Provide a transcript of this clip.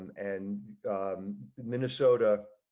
and and minnesota,